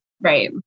Right